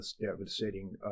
devastating